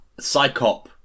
psychop